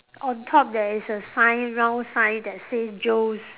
on top there is a sign round sign that says Joe's